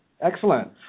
Excellent